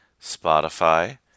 Spotify